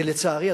ולצערי,